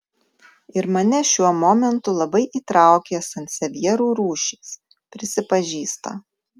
ir mane šiuo momentu labai įtraukė sansevjerų rūšys prisipažįsta